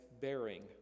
bearing